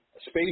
Space